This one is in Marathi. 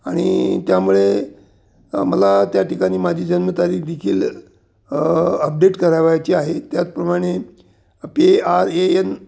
आणि त्यामुळे मला त्या ठिकाणी माझी जन्मतारीख देखील अपडेट करवायची आहे त्याचप्रमाणे पी आर ए एन